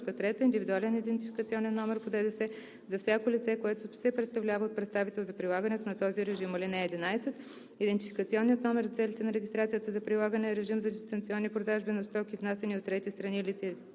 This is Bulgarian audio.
режим; 3. индивидуален идентификационен номер по ДДС за всяко лице, което се представлява от представител за прилагането на този режим. (11) Идентификационният номер за целите на регистрацията за прилагане режим за дистанционни продажби на стоки, внасяни от трети страни или